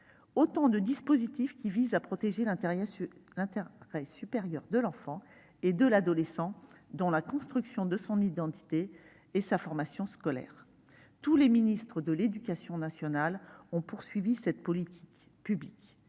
autant de dispositifs qui visent à protéger l'intérêt supérieur de l'enfant et de l'adolescent dans la construction de son identité et dans sa formation scolaire. Tous les ministres de l'éducation nationale ont poursuivi cette politique publique.